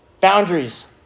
boundaries